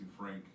Frank